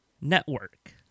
network